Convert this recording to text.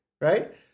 right